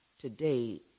today